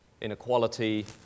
inequality